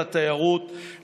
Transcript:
לתיירות,